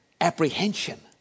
apprehension